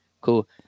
Cool